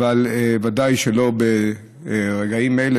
אבל ודאי שברגעים אלה,